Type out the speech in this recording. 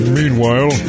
meanwhile